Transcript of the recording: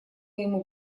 ему